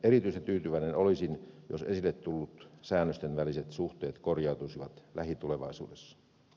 erityisen tyytyväinen olisin jos esille tulleet säännösten väliset suhteet korjautuisivat lähitulevaisuudessa